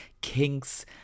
kinks